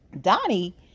Donnie